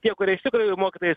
tie kurie iš tikrųjų mokytojais